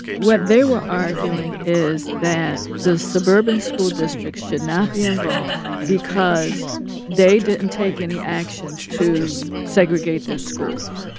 what they were arguing is that the suburban school districts should not be involved because they didn't take any actions to segregate their schools.